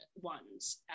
ones